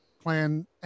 plan